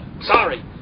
sorry